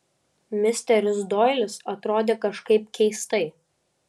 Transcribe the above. misteris doilis atrodė kažkaip keistai